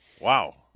Wow